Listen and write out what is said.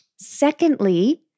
Secondly